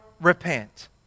repent